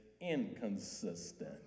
inconsistent